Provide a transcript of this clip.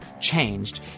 changed